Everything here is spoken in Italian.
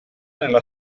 nella